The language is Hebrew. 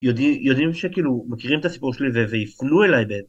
יודעים שכאילו מכירים את הסיפור שלי ויפנו אליי ב...